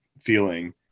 feeling